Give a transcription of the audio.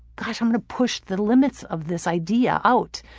gosh, i'm gonna push the limits of this idea out,